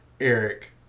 Eric